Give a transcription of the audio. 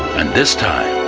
and this time,